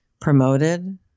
promoted